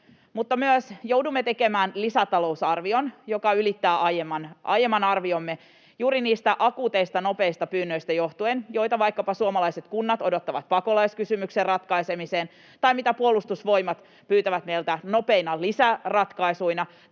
mutta joudumme myös tekemään lisätalousarvion, joka ylittää aiemman arviomme johtuen juuri niistä akuuteista, nopeista pyynnöistä, joita vaikkapa suomalaiset kunnat esittävät odottaessaan apua pakolaiskysymyksen ratkaisemiseen tai mitä Puolustusvoimat pyytävät meiltä nopeina lisäratkaisuina,